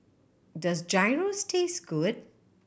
does Gyros taste good